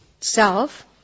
self